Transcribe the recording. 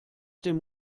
dem